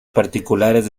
particulares